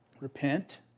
repent